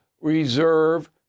reserve